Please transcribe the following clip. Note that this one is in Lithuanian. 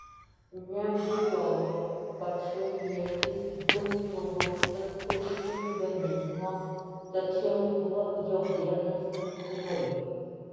neabejojama kad šiaulietis bus nubaustas už chuliganizmą tačiau tuo jo bėdos nesibaigs